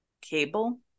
cable